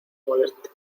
molesto